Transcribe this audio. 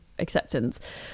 acceptance